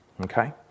Okay